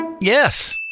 Yes